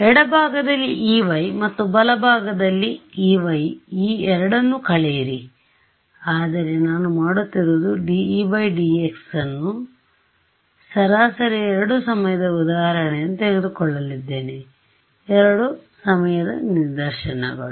ಆದ್ದರಿಂದ ಎಡಭಾಗದಲ್ಲಿ Ey ಮತ್ತು ಬಲಭಾಗದಲ್ಲಿ Ey ಮತ್ತು ಈ ಎರಡನ್ನು ಕಳೆಯಿರಿ ಆದರೆ ನಾನು ಮಾಡುತ್ತಿರುವುದು dE dx ನಾನು ಸರಾಸರಿ 2 ಸಮಯದ ಉದಾಹರಣೆಯನ್ನು ತೆಗೆದುಕೊಳ್ಳಲಿದ್ದೇನೆ 2 ಸಮಯದ ನಿದರ್ಶನಗಳು